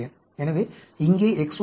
எனவே இங்கே X1 X2 X3 என்பது X5 ஆகும்